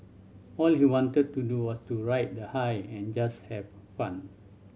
all he wanted to do was to ride the high and just have fun